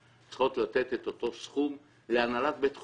הן צריכות לתת את אותו סכום להנהלת בית החולים,